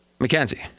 McKenzie